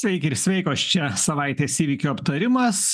sveiki ir sveikos čia savaitės įvykių aptarimas